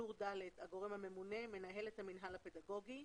בטור ד' הגורם הממונה, מנהלת המינהל הפדגוגי.